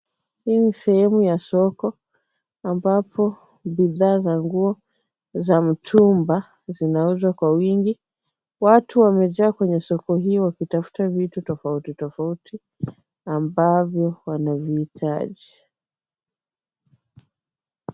Hii ni sehemu ya soko, ambapo bidhaa za nguo za mtumba zinauzwa kwa wingi; watu wamejaa kwenye soko hii wakitafuta vitu tofauti tofauti, ambavyo wanavihitaji.